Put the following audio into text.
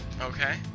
Okay